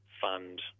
fund